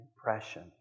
impression